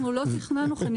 אנחנו לא תכננו חניונים.